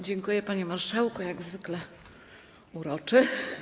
Dziękuję, panie marszałku, jak zwykle uroczy.